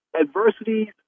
adversities